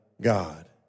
God